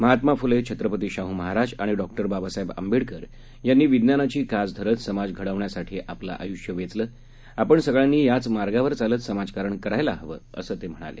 महात्मा फुले छत्रपती शाहू महाराज आणि डॉक्टर बाबासाहेब आंबेडकर यांनी विज्ञानाची कास धरत समाज घडवण्यासाठी आपलं आयुष्य वेचलं आपण सगळ्यांनी याच मार्गावर चालत समाजकारण करायला हवं असंही ते म्हणाले